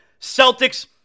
Celtics